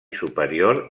superior